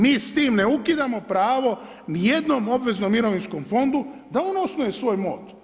Mi s tim ne ukidamo pravo ni jednom obveznom mirovinskom fondu da on osnuje svoj MOD.